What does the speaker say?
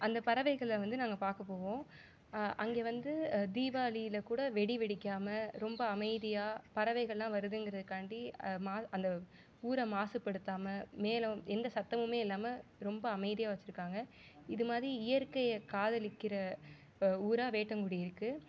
அந்த பறவைகள வந்து நாங்கள் பார்க்க போவோம் அங்கே வந்து தீவாளியில் கூட வெடி வெடிக்காமல் ரொம்ப அமைதியாக பறவைகளெலாம் வருதேங்கிறதுக்காண்டி மா அந்த ஊரை மாசுபடுத்தாமல் மேலும் எந்த சத்தமுமே இல்லாமல் ரொம்ப அமைதியாக வச்சுருக்காங்க இது மாதிரி இயற்கையை காதலிக்கற ஊராக வேட்டங்குடி இருக்குது